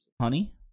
honey